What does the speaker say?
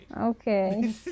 Okay